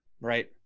Right